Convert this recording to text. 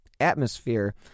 atmosphere